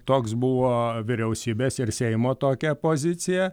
toks buvo vyriausybės ir seimo tokia pozicija